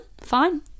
fine